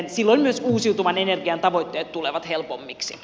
silloin myös uusiutuvan energian tavoitteet tulevat helpommiksi